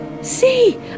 see